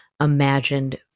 imagined